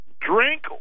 drink